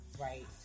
right